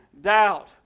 doubt